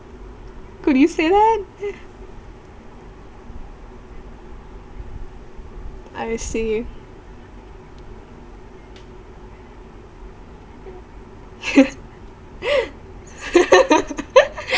could you say that I see